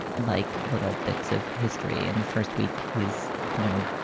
like little bits of history in the first week, he's, you know,